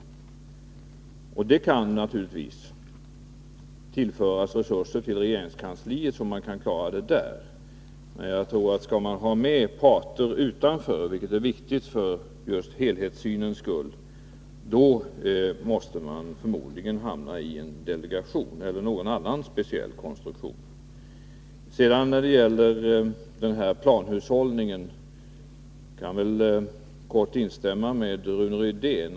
Regeringskansliet kan naturligtvis tillföras resurser, så att man klarar detta. Men skall man ha med utanförstående parter — vilket är viktigt för helhetssynen — hamnar man förmodligen i en delegation, eller också måste man tillämpa någon annan speciell konstruktion. När det gäller planhushållningen kan jag kort instämma med Rune Rydén.